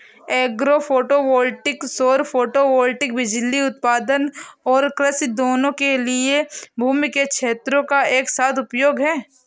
agro photovoltaic सौर photovoltaic बिजली उत्पादन और कृषि दोनों के लिए भूमि के क्षेत्रों का एक साथ उपयोग है